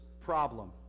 problem